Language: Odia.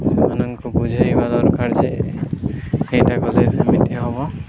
ସେମାନଙ୍କୁ ବୁଝାଇବାର ଯେ ଏଇଟା କଲେ ସେମିତି ହବ